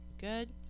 good